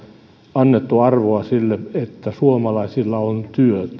annettu arvoa sille että suomalaisilla on työtä se